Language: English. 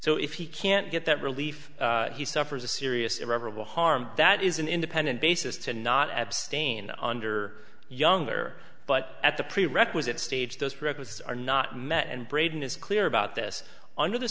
so if he can't get that relief he suffers a serious irreparable harm that is an independent basis to not abstain under younger but at the prerequisite stage those records are not met and braden is clear about this under th